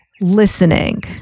listening